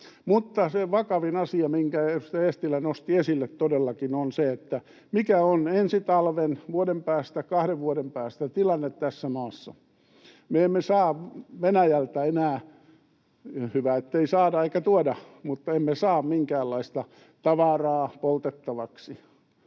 Mutta se vakavin asia, minkä edustaja Eestilä nosti esille, todellakin on se, mikä on ensi talvena, vuoden päästä, kahden vuoden päästä tilanne tässä maassa. Me emme saa Venäjältä enää — ja hyvä, ettei saada eikä tuoda — minkäänlaista tavaraa poltettavaksi.